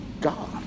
God